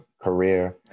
career